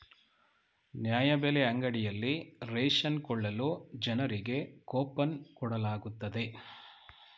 ನ್ಯಾಯಬೆಲೆ ಅಂಗಡಿಯಲ್ಲಿ ರೇಷನ್ ಕೊಳ್ಳಲು ಜನರಿಗೆ ಕೋಪನ್ ಕೊಡಲಾಗುತ್ತದೆ